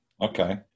Okay